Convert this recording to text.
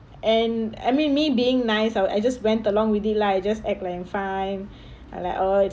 and I mean me being nice I'll I just went along with it lah I just act like I'm fine I like oh